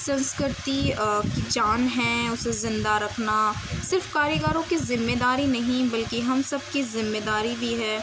سنسکرتی کی جان ہیں اسے زندہ رکھنا صرف کاریگروں کی ذمے داری نہیں بلکہ ہم سب کی ذمہ داری بھی ہے